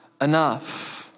enough